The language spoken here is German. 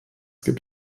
gibt